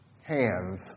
hands